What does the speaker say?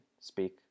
speak